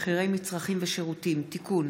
חוק פיקוח על מחירי מצרכים ושירותים (תיקון,